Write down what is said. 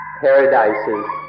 Paradises